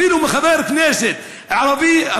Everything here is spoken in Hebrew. אפילו מחבר כנסת ערבי,